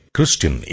Christian